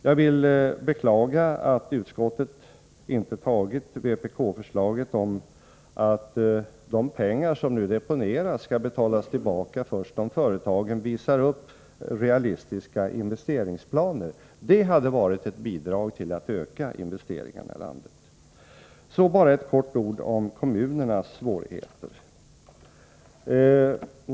Jag beklagar att utskottet inte har tillstyrkt vpk-förslaget om att de pengar som nu deponeras skall betalas tillbaka först om företagen visar upp realistiska investeringsplaner. Det hade varit ett bidrag till att öka investeringarna i landet. Så bara kortfattat några ord om kommunernas svårigheter.